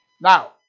Now